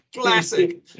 classic